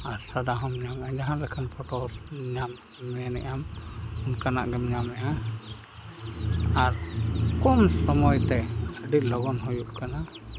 ᱟᱨ ᱥᱟᱫᱟ ᱦᱚᱸᱢ ᱧᱟᱢᱮᱜᱼᱟ ᱡᱟᱦᱟᱸ ᱞᱮᱠᱟᱱ ᱯᱷᱚᱴᱚ ᱧᱟᱢ ᱢᱮᱱᱮᱜ ᱟᱢ ᱚᱱᱠᱟᱱᱟᱜ ᱜᱮᱢ ᱧᱟᱢᱮᱜᱼᱟ ᱟᱨ ᱠᱚᱢ ᱥᱚᱢᱚᱭᱛᱮ ᱟᱹᱰᱤ ᱞᱚᱜᱚᱱ ᱦᱩᱭᱩᱜ ᱠᱟᱱᱟ